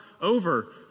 over